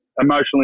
Emotionally